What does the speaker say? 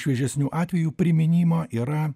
šviežesnių atvejų priminimo yra